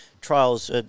Trials